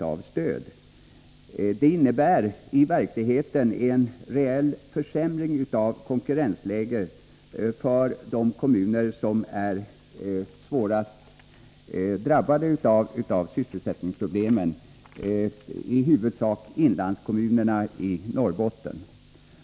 Förslaget innebär i verkligheten en reell försämring av konkurrensläget för de kommuner som är hårdast drabbade av sysselsättningsproblemen, i första hand Norrbottens inlandskommuner.